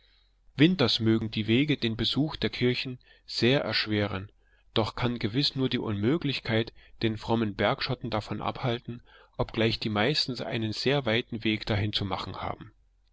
winters mögen die wege den besuch der kirchen sehr erschweren doch kann gewiß nur die unmöglichkeit den frommen bergschotten davon abhalten obgleich die meisten einen sehr weiten weg dahin zu machen haben